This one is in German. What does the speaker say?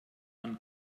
man